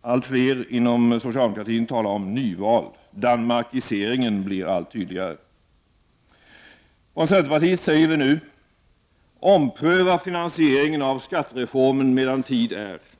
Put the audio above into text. Allt fler inom socialdemokratin talar om nyval. ”Danmarkiseringen” blir allt tydligare. Från centerpartiet säger vi nu: Ompröva finansieringen av skattereformen medan tid är!